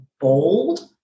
bold